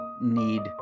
need